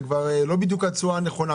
זה כבר לא בדיוק התשואה הנכונה.